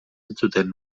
entzuten